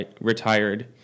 retired